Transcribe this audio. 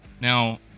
Now